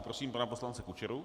Prosím pana poslance Kučeru.